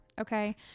okay